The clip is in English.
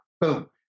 Boom